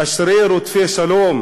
אשרי רודפי שלום